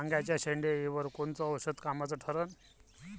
वांग्याच्या शेंडेअळीवर कोनचं औषध कामाचं ठरन?